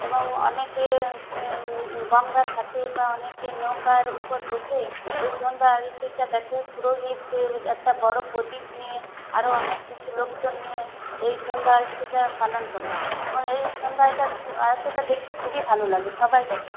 এবং অনেকে গঙ্গার ঘাটে বা অনেকে নৌকার উপর বসে এই সন্ধ্যা আরতিটা দেখে পুরোহিত একটা বড় প্রদীপ নিয়ে আরো অনেক কিছু লোকজন নিয়ে এই সন্ধ্যা আরতিটা পালন করে এবং এই সন্ধ্যাটা আরাতিটা দেখতে খুবই ভালো লাগে সবাই দেখে